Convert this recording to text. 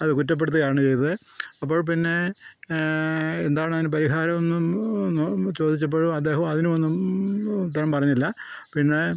അത് കുറ്റപ്പെടുത്തുകയാണ് ചെയ്തത് അപ്പോൾ പിന്നെ എന്താണ് അതിന് പരിഹാരമെന്നും ചോദിച്ചപ്പോഴും അദ്ദേഹം അതിന് ഒന്നും ഉത്തരം പറഞ്ഞില്ല പിന്നെ